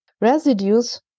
residues